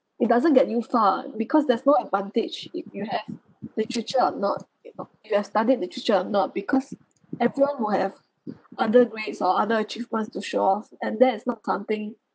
it doesn't get you far because there's no advantage if you have literature or not you know you have studied literature or not because everyone will have other grades or other aheivements to show and that is not something